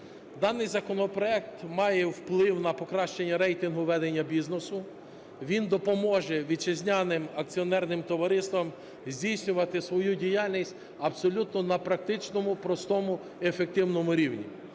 Даний законопроект має вплив на покращення рейтингу ведення бізнесу, він допоможе вітчизняним акціонерним товариствам здійснювати свою діяльність абсолютно на практичному, простому і ефективному рівні.